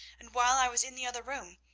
and, while i was in the other room,